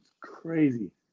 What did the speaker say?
crazy